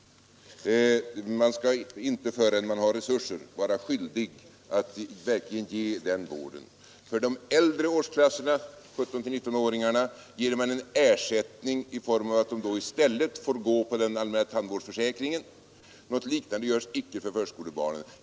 Man skall inte förrän resurser finns vara skyldig att verkligen ge den vården. För de äldre årsklasserna, åldrarna 17—19 år, ger man ersättningen att de i stället ingår i den allmänna tandvårdsförsäkringen. Något liknande görs inte för förskolebarnen.